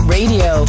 Radio